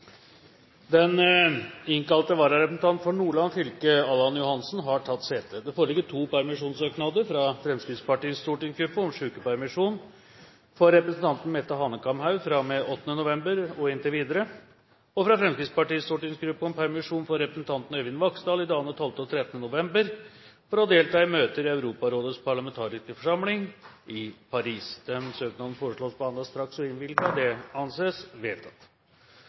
Den innkalte vararepresentant for Nordland fylke, Allan Johansen, har tatt sete. Det foreligger to permisjonssøknader: – Fra Fremskrittspartiets stortingsgruppe om sykepermisjon for representanten Mette Hanekamhaug fra og med 8. november og inntil videre. – Fra Fremskrittspartiets stortingsgruppe om permisjon for representanten Øyvind Vaksdal i dagene 12. og 13. november for å delta i møter i Europarådets parlamentariske forsamling i